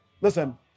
listen